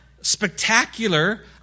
spectacular